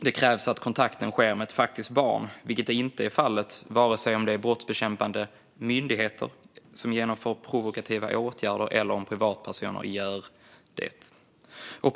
Det krävs att kontakten sker med ett faktiskt barn, vilket inte är fallet vare sig om det är brottsbekämpande myndigheter som genomför provokativa åtgärder eller om det är privatpersoner som gör det.